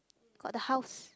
got the house